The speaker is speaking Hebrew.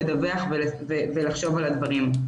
לדווח ולחשוב על הדברים.